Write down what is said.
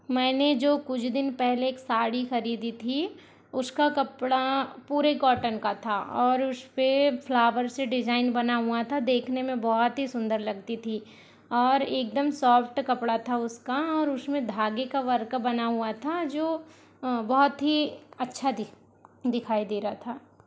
मैंने जो कुछ दिन पहले एक साड़ी खरीदी थी उसका कपड़ा पूरे कॉटन का था और उस पर फ्लावर से डिज़ाइन बना हुआ था देखने में बहुत ही सुन्दर लगती थी और एकदम सॉफ्ट कपड़ा था उसका और उसमें धागे का वर्क बना हुआ था जो बहुत ही अच्छा दिख दिखाई दे रहा था